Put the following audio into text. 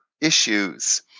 issues